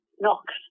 knocks